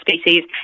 species